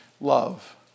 love